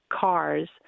cars